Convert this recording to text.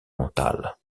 mental